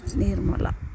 ನಿರ್ಮಲ